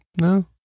No